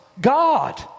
God